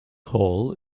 hall